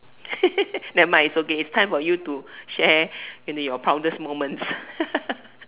nevermind it's okay it's time for you to share into your proudest moments